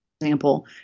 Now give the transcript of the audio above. example